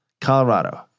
Colorado